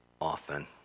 often